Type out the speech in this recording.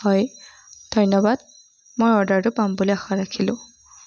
হয় ধন্যবাদ মই অৰ্ডাৰটো পাম বুলি আশা ৰাখিলোঁ